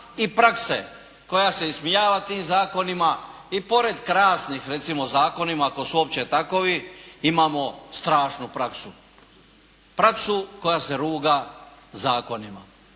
i prakse koja se ismijava tim zakonima i pored krasnih, recimo zakonima koji su uopće takovi, imamo strašnu praksu. Praksu koja se ruga zakonima.